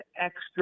extra